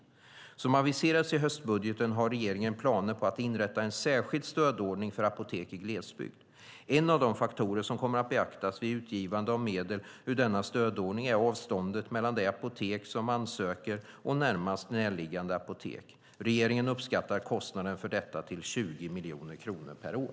Som aviserats i höstbudgeten har regeringen planer på att inrätta en särskild stödordning för apotek i glesbygd. En av de faktorer som kommer att beaktas vid utgivande av medel ur denna stödordning är avståndet mellan det apotek som ansöker och närmast närliggande apotek. Regeringen uppskattar kostnaden för detta till 20 miljoner kronor per år.